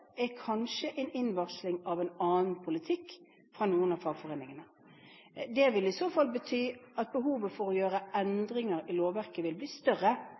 er kanskje en innvarsling av en annen politikk fra noen av fagforeningene. Det vil i så fall bety at behovet for å gjøre endringer i lovverket vil bli større